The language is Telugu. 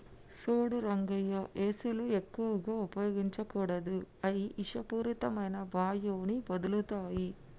సూడు రంగయ్య ఏసీలు ఎక్కువగా ఉపయోగించకూడదు అయ్యి ఇషపూరితమైన వాయువుని వదులుతాయి